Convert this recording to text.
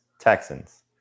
Texans